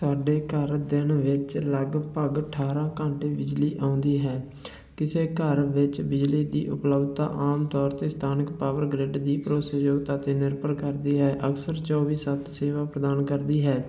ਸਾਡੇ ਘਰ ਦਿਨ ਵਿੱਚ ਲਗਭਗ ਅਠਾਰਾਂ ਘੰਟੇ ਬਿਜਲੀ ਆਉਂਦੀ ਹੈ ਕਿਸੇ ਘਰ ਵਿੱਚ ਬਿਜਲੀ ਦੀ ਉਪਲੱਬਧਤਾ ਆਮ ਤੌਰ 'ਤੇ ਸਥਾਨਕ ਪਾਵਰ ਗਰਿੱਡ ਦੀ ਭਰੋਸੇਯੋਗਤਾ 'ਤੇ ਨਿਰਭਰ ਕਰਦੀ ਹੈ ਅਕਸਰ ਚੌਵੀ ਸੱਤ ਸੇਵਾ ਪ੍ਰਦਾਨ ਕਰਦੀ ਹੈ